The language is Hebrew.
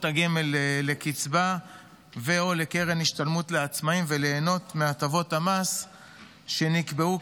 הגמל לקצבה או לקרן השתלמות לעצמאים וליהנות מהטבות המס שנקבעו,